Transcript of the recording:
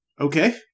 Okay